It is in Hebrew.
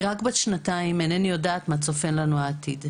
היא רק בת שנתיים, אינני יודעת מה צופה לנו העתיד.